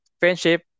friendship